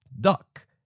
Duck